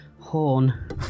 horn